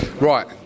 Right